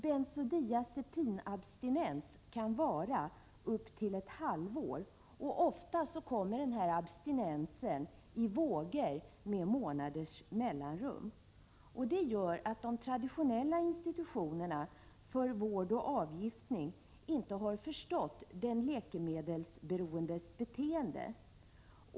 Bensodiazepinabstinens kan vara upp till ett halvår. Ofta kommer abstinensen i vågor med månaders mellanrum. Detta gör att de traditionella institutionerna för vård och avgiftning inte förstått den läkemedelsberoendes beteende.